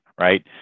right